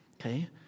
okay